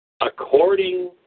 according